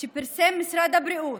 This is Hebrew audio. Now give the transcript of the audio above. שפרסם משרד הבריאות,